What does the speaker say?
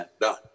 done